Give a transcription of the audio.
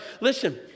listen